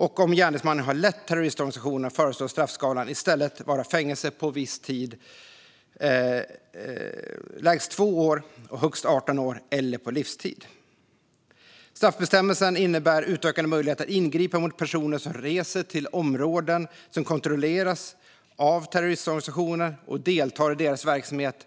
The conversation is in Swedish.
Om gärningsmannen har lett terroristorganisationen föreslås straffskalan i stället vara fängelse på viss tid, lägst 2 år och högst 18 år, eller på livstid. Straffbestämmelsen innebär utökade möjligheter att ingripa mot personer som reser till områden som kontrolleras av terroristorganisationer och deltar i deras verksamhet